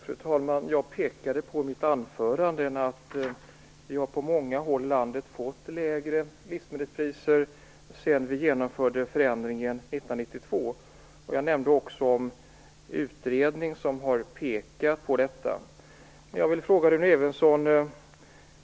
Fru talman! Jag pekade i mitt anförande på att man på många håll i landet fått lägre livsmedelspriser sedan vi genomförde förändringen 1992. Jag nämnde också en utredning som har pekat på detta.